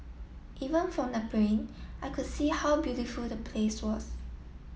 even from the plane I could see how beautiful the place was